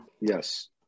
Yes